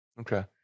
Okay